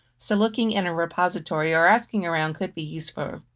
so looking in a repository or asking around could be useful.